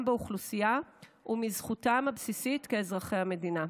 באוכלוסייה ומזכותם הבסיסית כאזרחי המדינה.